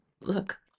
Look